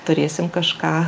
turėsim kažką